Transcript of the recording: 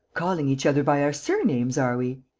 calling each other by our surnames, are we?